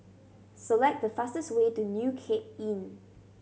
select the fastest way to New Cape Inn